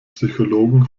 psychologen